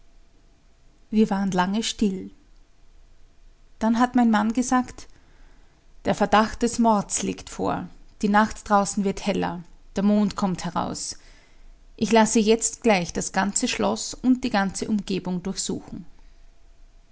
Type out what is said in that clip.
wir waren lange still dann hat mein mann gesagt der verdacht des mords liegt vor die nacht draußen wird heller der mond kommt heraus ich lasse jetzt gleich das ganze schloß und die ganze umgebung durchsuchen